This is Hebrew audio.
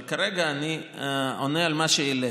אבל כרגע אני עונה על מה שהעלית.